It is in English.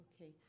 Okay